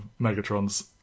Megatron's